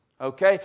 Okay